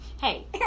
hey